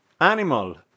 animal